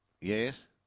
Yes